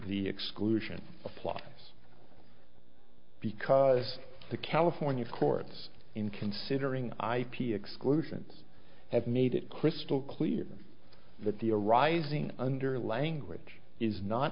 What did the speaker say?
the exclusion of plus because the california courts in considering ip exclusions have made it crystal clear that the arising under language is not